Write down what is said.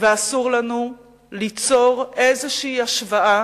ואסור לנו ליצור איזושהי השוואה